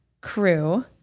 crew